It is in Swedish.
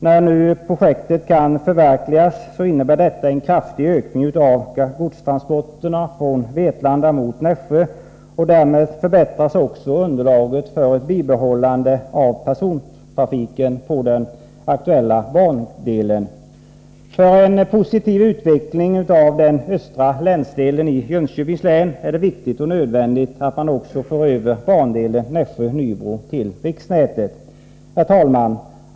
När nu projektet kan förverkligas innebär detta en kraftig ökning av godstransporterna från Vetlanda mot Nässjö, och därmed förbättras också underlaget för ett bibehållande av persontrafiken på den aktuella bandelen. För en positiv utveckling av den östra länsdelen i Jönköpings län är det viktigt och nödvändigt att man också för över bandelen Nässjö-Nybro till riksnätet. Herr talman!